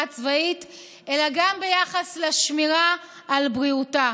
הצבאית אלא גם ביחס לשמירה על בריאותה.